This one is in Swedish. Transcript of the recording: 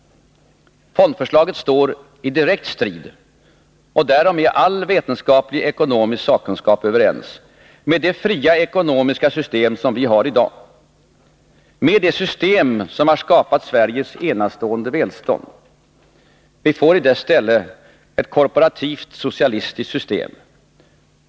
Fondförslaget står i direkt strid — därom är all vetenskaplig ekonomisk sakkunskap överens — med det fria ekonomiska system som vi har i dag, med det system som har skapat Sveriges enastående välstånd. Vi får i dess ställe ett korporativt socialistiskt system.